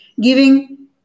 giving